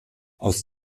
aus